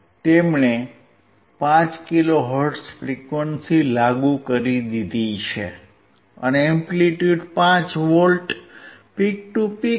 તેમણે 5 kilohertz frequency લાગુ કરી છે અને amplitude 5 V peak to peak છે